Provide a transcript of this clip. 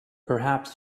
perhaps